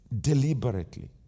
deliberately